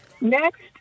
Next